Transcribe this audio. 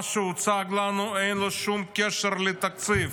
מה שהוצג לנו, אין לו שום קשר לתקציב.